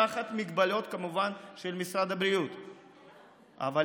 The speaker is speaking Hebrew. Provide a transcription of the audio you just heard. תחת מגבלות של משרד הבריאות כמובן,